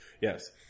Yes